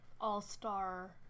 all-star